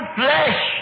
flesh